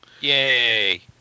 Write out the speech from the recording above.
Yay